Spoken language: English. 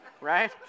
Right